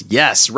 yes